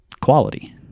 quality